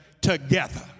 together